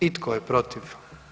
I tko je protiv?